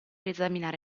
esaminare